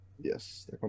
Yes